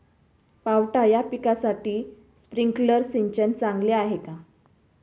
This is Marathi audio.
पावटा या पिकासाठी स्प्रिंकलर सिंचन चांगले आहे का?